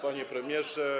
Panie Premierze!